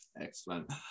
Excellent